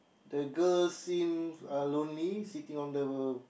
the girl seem uh lonely sitting on the